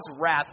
wrath